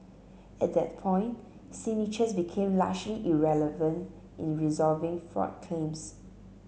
at that point signatures became largely irrelevant in resolving fraud claims